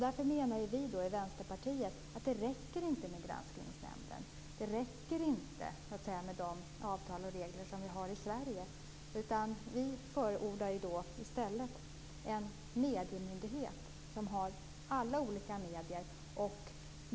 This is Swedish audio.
Därför menar vi i Vänsterpartiet att det inte räcker med Granskningsnämnden. Det räcker inte med de avtal och regler som vi har i Sverige. Vi förordar i stället en mediemyndighet som täcker alla olika medier.